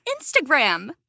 Instagram